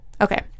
Okay